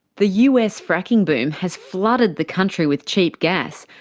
the us fracking boom has flooded the country with cheap gas,